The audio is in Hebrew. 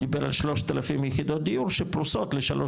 דיבר על 3,000 יחידות דיור שפרוסות לשלוש